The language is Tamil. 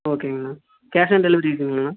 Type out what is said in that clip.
ஓகேங்கண்ணா கேஷ் ஆன் டெலிவரி இருக்குங்களாண்ணா